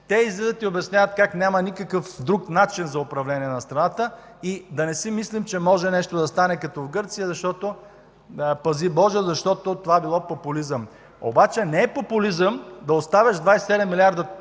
излизат и обясняват как няма никакъв друг начин за управление на страната и да не си мислим, че може да стане нещо като в Гърция, пази Боже, защото това било популизъм. Обаче не е популизъм да оставяш 27 млрд.